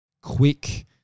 quick